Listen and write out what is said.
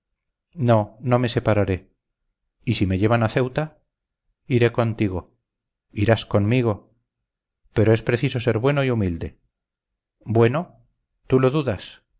no no me separaré y si me llevan a ceuta iré contigo irás conmigo pero es preciso ser bueno y humilde bueno tú lo dudas